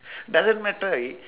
doesn't matter i~